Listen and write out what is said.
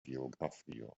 geografio